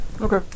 Okay